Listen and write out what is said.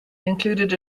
included